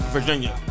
Virginia